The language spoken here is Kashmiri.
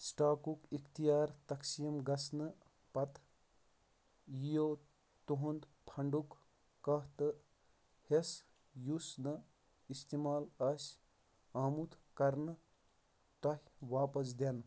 سٕٹاکُک اِختِیار تقسیٖم گژھنہٕ پَتہٕ یِیِو تُہُنٛد فَنڈُک کانٛہہ تہٕ حِصہٕ یُس نہٕ استعمال آسہِ آمُت کرنہٕ تۄہہِ واپَس دِنہٕ